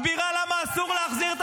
-- שהיום מסבירה למה אסור להחזיר את